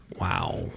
Wow